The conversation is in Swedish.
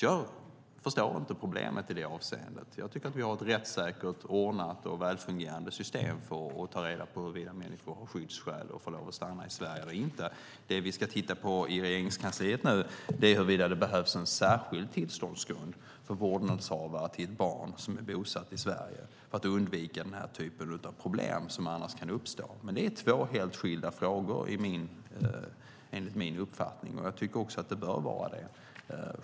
Jag förstår inte problemet i det avseendet. Jag tycker att vi har ett rättssäkert, ordnat och välfungerande system för att ta reda på huruvida människor har skyddsskäl och får lov att stanna i Sverige eller inte. Det vi nu ska titta på i Regeringskansliet är huruvida att det behövs en särskild tillståndsgrund för vårdnadshavare till barn som är bosatta i Sverige för att undvika den här typen av problem som annars kan uppstå. Det är två helt skilda frågor, enligt min uppfattning. Jag tycker också att de bör vara det.